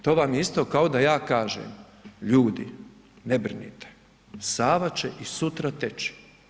To vam je isto kao da ja kažem, ljudi ne brinite, Sava će i sutra teći.